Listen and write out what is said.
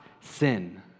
sin